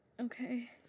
Okay